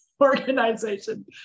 organization